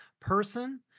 person